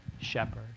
shepherd